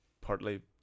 partly